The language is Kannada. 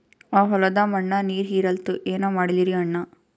ಆ ಹೊಲದ ಮಣ್ಣ ನೀರ್ ಹೀರಲ್ತು, ಏನ ಮಾಡಲಿರಿ ಅಣ್ಣಾ?